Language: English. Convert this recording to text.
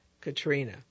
Katrina